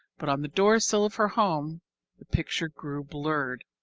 but on the door-sill of her home the picture grew blurred.